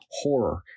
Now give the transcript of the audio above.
horror